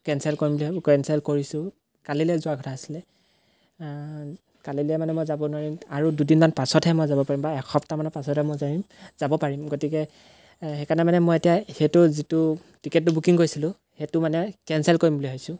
cancel কৰিম বুলি ভাবোঁ কেনচেল কৰিছোঁ কালিলৈ যোৱাৰ কথা আছিলে কালিলৈ মানে মই যাব নোৱাৰিম আৰু দুদিনমান পাছতহে মই যাব পাৰিম বা এসপ্তাহমানৰ পাছতহে মই যাব পাৰিম যাব পাৰিম গতিকে সেইকাৰণে মানে মই এতিয়া সেইটো যিটো টিকেটটো বুকিং কৰিছিলোঁ সেইটো মানে কেঞ্চেল কৰিম বুলি ভাবিছোঁ